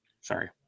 Sorry